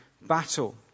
battle